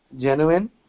genuine